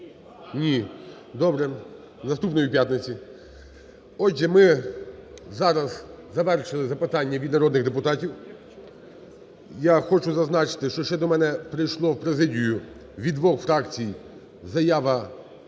Ні. Добре. Наступної п'ятниці. Отже, ми зараз завершили запитання від народних депутатів. Я хочу зазначити, що ще до мене прийшло в президію від двох фракцій заява